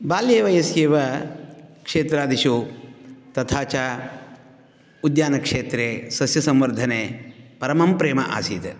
बाल्ये वयसि एव क्षेत्रादिसु तथा च उद्यानक्षेत्रे सस्यसंवर्धने परमं प्रेमम् आसीत्